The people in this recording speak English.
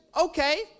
Okay